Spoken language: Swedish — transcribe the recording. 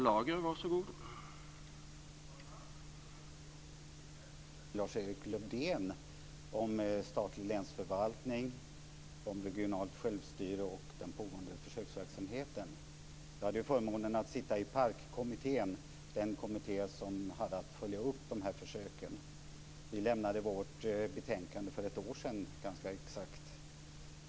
Herr talman! Jag vill ta upp en fråga som tidigare ställdes till Lars-Erik Lövdén om statlig länsförvaltning, om regionalt självstyre och om den pågående försöksverksamheten. Jag hade ju förmånen att sitta i PARK-kommittén, den kommitté som hade att följa upp de här försöken. Vi lämnade vårt betänkande för ganska exakt ett år sedan.